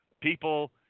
People